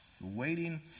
Waiting